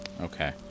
Okay